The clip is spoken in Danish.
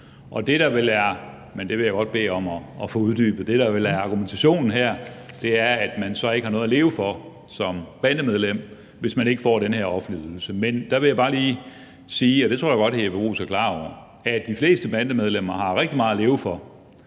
uddybet – er argumentationen her, er, at man så ikke har noget at leve for som bandemedlem, hvis man ikke får den her offentlige ydelse. Men der vil jeg bare lige sige, og det tror jeg godt hr. Jeppe Bruus er klar over, at de fleste bandemedlemmer har rigtig meget at leve for,